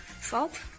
Salt